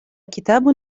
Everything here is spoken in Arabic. كتاب